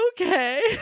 Okay